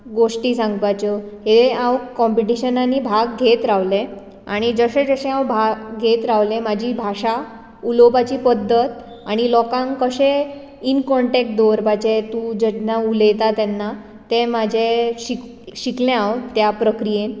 गोश्टी सांगपाच्यो हे हांव कॉप्टीशनानी भाग घेत रावले आनी जशें जशें हांव भाग घेत रावलें म्हाजी भाशा उलोवपाची पध्दत आनी लोकांक कशें इन कॉन्टेक्ट दवरपाचें तूं जेन्ना उलयता तेन्ना ते म्हाजे शिकलें हांव त्या प्रक्रियेन